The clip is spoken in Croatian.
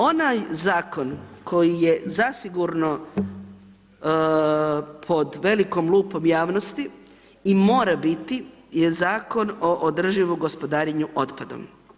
Onaj zakon koji je zasigurno pod velikom lupom javnosti i mora biti je Zakon o održivom gospodarenju otpadom.